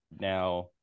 Now